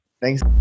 Thanks